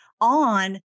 on